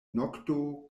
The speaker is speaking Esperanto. nokto